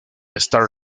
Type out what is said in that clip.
starr